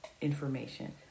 information